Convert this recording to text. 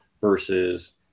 versus